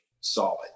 solid